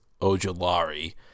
Ojolari